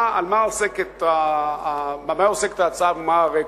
במה עוסקת ההצעה ומה הרקע?